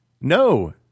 No